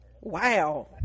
wow